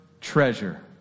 treasure